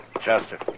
Chester